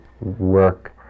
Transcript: work